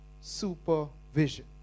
supervision